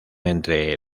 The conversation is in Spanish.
entre